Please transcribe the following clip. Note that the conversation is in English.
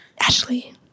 Ashley